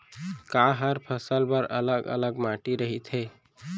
का हर फसल बर अलग अलग माटी रहिथे?